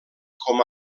com